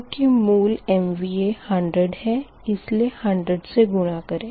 चूंकि मूल MVA 100 है इसलिए इसे 100 से गुणा करें